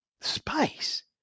space